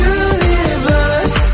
universe